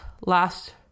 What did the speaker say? last